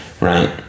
right